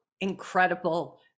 incredible